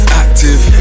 active